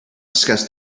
discuss